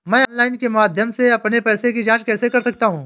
मैं ऑनलाइन के माध्यम से अपने पैसे की जाँच कैसे कर सकता हूँ?